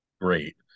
great